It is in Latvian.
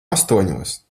astoņos